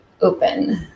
open